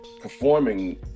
performing